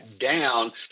down